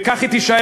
וכך היא תישאר.